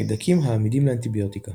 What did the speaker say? חיידקים העמידים לאנטיביוטיקה